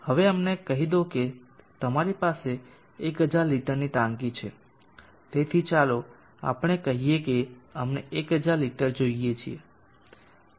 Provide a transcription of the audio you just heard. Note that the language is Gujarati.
હવે અમને કહી દો કે તમારી પાસે 1000 લિટરની ટાંકી છે તેથી ચાલો આપણે કહીએ કે અમને 1000 લિટર જોઈએ છે